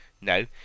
No